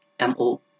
MO